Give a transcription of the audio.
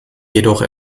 jedoch